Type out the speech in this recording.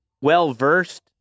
well-versed